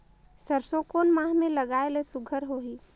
सरसो कोन माह मे लगाय ले सुघ्घर होही?